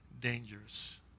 dangerous